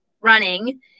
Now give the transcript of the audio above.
running